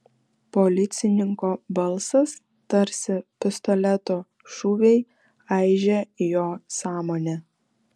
policininko balsas tarsi pistoleto šūviai aižė jo sąmonę